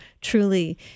truly